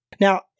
Now